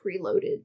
preloaded